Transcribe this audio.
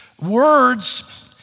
Words